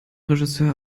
regisseur